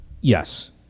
Yes